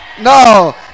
No